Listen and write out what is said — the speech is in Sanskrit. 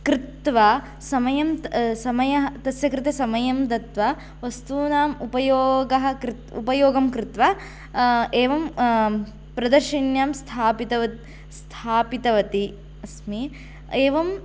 कृत्वा समयं समयः तस्य कृते समयं दत्वा वस्तूनां उपयोगः उपयोगं कृत्वा एवं प्रदर्शिन्यां स्थापितव स्थापितवती अस्मि एवं